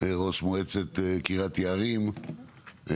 ראש מועצת קריית יערים.